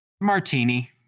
Martini